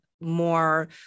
more